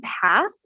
path